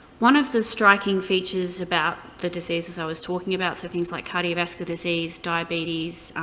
one of the striking features about the diseases i was talking about, so things like cardiovascular disease, diabetes,